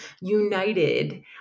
united